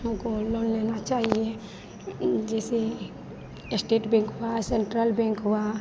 हमको लोन लेना चाहिए जैसे एस्टेट बैंक हुआ सेन्ट्रल बैंक हुआ